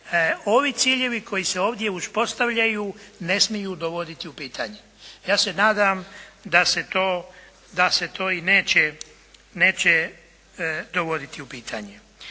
ovi ciljevi koji se ovdje uspostavljaju ne smiju dovoditi u pitanje. Ja se nadam da se to i neće dovoditi u pitanje.